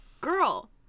girl